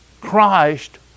Christ